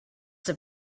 have